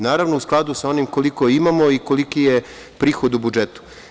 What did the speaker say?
Naravno, u skladu sa onim koliko imamo i koliki je prihod u budžetu.